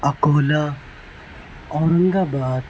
اکولہ اورنگ آباد